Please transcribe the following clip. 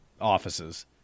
offices